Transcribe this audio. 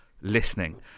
listening